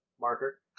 marker